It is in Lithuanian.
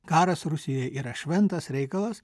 karas rusijoje yra šventas reikalas